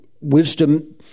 Wisdom